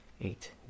eight